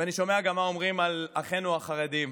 ואני שומע גם מה אומרים על אחינו החרדים.